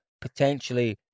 potentially